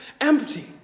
empty